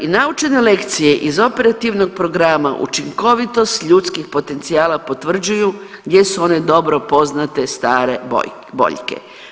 I naučene lekcije iz Operativnog programa Učinkovitost ljudskih potencijala potvrđuju gdje su one dobro poznate stare boljke.